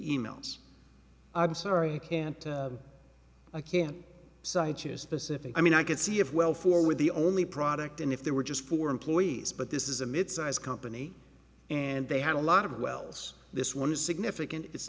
emails sorry i can't i can't cite to specific i mean i could see if well forward the only product and if there were just four employees but this is a mid size company and they have a lot of wells this one is significant it's